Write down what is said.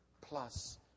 plus